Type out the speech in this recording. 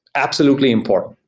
absolutely important.